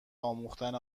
آموختن